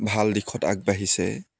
ভাল দিশত আগবাঢ়িছে